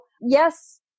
yes